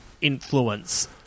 influence